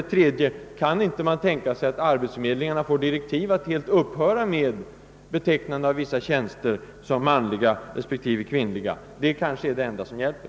3. Kan man inte tänka sig att arbetsförmedlingarna får direktiv att helt upphöra med betecknandet av vissa tjänster som »manliga» respektive »kvinnliga»? Det kanske är det enda som hjälper.